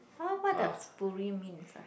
!huh! what does means ah